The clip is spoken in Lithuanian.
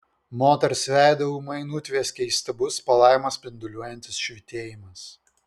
moters veidą ūmai nutvieskė įstabus palaimą spinduliuojantis švytėjimas